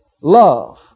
love